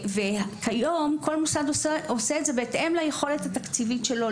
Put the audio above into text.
כיום כל מוסד עושה זאת בהתאם ליכולת התקציבית שלו.